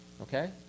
Okay